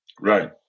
Right